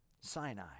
Sinai